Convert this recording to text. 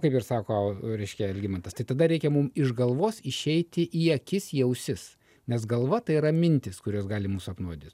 kaip ir sako reiškia algimantas tai tada reikia mums iš galvos išeiti į akis į ausis nes galva tai yra mintys kurios gali mus apnuodyt